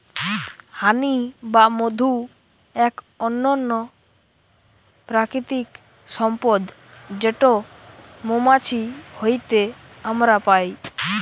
হানি বা মধু এক অনন্য প্রাকৃতিক সম্পদ যেটো মৌমাছি হইতে আমরা পাই